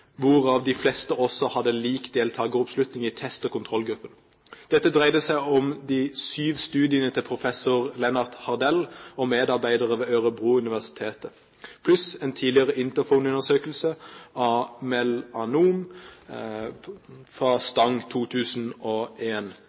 hvorav de fleste også hadde lik deltakeroppslutning i test- og kontrollgruppen. Dette dreide seg om de syv studiene til professor Lennart Hardell og medarbeidere ved Örebro universitet, pluss en tidligere Interphone-undersøkelse av melanom, Stang 2001. Derimot viser de samlede resultatene fra